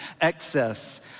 excess